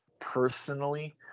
personally